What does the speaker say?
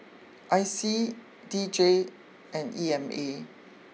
I C D J and E M A